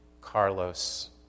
Carlos